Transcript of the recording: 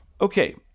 Okay